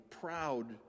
proud